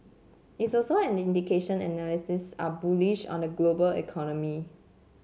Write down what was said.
it's also an indication analysts are bullish on the global economy